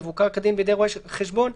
מבוקר כדין בידי רואה חשבון,